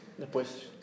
después